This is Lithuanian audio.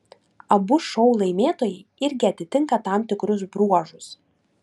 abu šou laimėtojai irgi atitinka tam tikrus bruožus